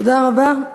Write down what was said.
תודה רבה.